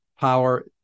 power